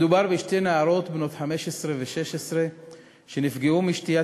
מדובר בשתי נערות בנות 15 ו-16 שנפגעו משתיית